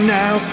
now